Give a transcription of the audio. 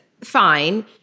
fine